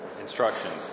instructions